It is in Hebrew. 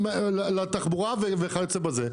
וכיוצא בזה.